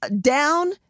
down